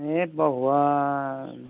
एद भग'बान